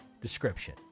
description